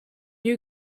you